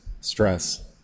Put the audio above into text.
stress